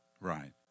right